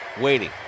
Waiting